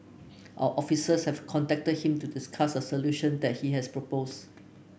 our officers have contacted him to discuss a solution that he has proposed